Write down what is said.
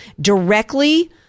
directly